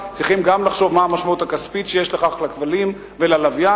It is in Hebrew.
צריכים גם לחשוב מה המשמעות הכספית שיש בכך לכבלים וללוויין.